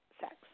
sex